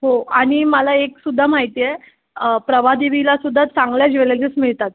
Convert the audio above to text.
हो आणि मला एकसुद्धा माहिती आहे प्रभादेवीलासुद्धा चांगल्या ज्वेलरीज मिळतात